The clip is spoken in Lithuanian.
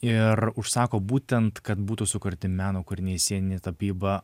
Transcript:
ir užsako būtent kad būtų sukurti meno kūriniai sieninė tapyba